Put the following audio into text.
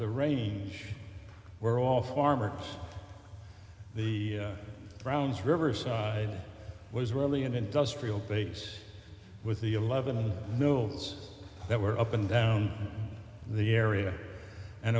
the range where all farmers the browns riverside was really an industrial base with the eleven mills that were up and down the area and